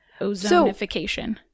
ozonification